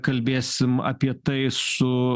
kalbėsim apie tai su